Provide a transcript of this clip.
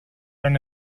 and